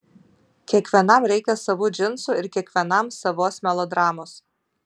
kiekvienam reikia savų džinsų ir kiekvienam savos melodramos